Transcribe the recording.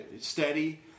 Steady